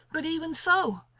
but even so,